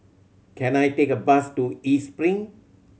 can I take a bus to East Spring